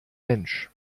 mensch